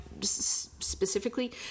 Specifically